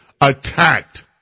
attacked